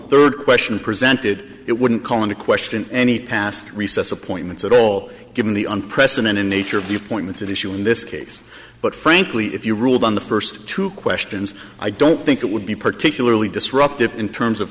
third question presented it wouldn't call into question any past recess appointments at all given the unprecedented nature of the appointments at issue in this case but frankly if you ruled on the first two questions i don't think it would be particularly disruptive in terms of